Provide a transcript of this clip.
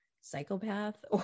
psychopath